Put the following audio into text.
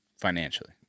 Financially